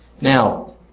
Now